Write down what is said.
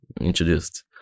introduced